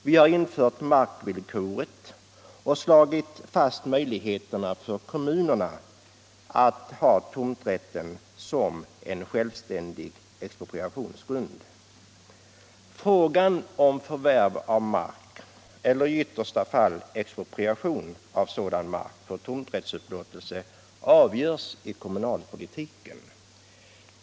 Vi har infört markvillkoret och slagit fast möjligheterna för kommun att ha tomträtten som en självständig expropriationsgrund. Frågan om förvärv av mark — eller i yttersta fall expropriation — för tomträttsupplåtelse avgörs i kommunalpolitiken.